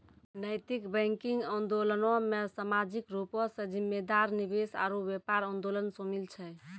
नैतिक बैंकिंग आंदोलनो मे समाजिक रूपो से जिम्मेदार निवेश आरु व्यापार आंदोलन शामिल छै